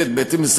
ב.